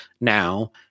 now